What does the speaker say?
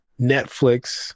Netflix